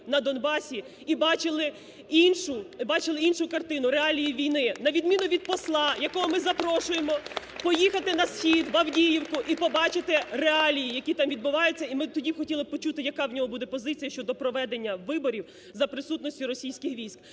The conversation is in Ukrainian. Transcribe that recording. іншу... і бачили іншу картину, реалії війни, на відміну від посла, якого ми запрошуємо поїхати на схід, в Авдіївку і побачити реалії, які там відбуваються. (Оплески) І ми тоді хотіли б почути, яка в нього буде позиція щодо проведення виборів за присутності російських військ.